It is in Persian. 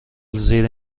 زیر